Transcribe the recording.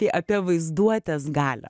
tai apie vaizduotės galią